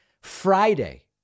Friday